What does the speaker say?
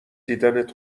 دیدنت